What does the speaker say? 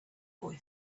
boy